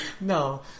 No